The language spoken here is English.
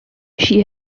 she